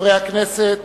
חברי הכנסת,